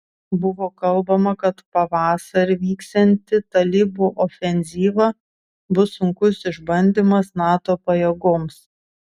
buvo kalbama kad pavasarį vyksianti talibų ofenzyva bus sunkus išbandymas nato pajėgoms